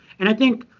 and i think